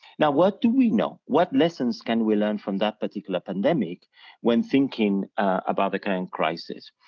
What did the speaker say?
now what do we know, what lessons can we learn from that particular pandemic when thinking about the current crisis?